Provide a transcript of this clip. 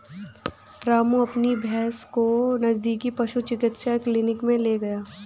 रामू अपनी भैंस को नजदीकी पशु चिकित्सा क्लिनिक मे ले गया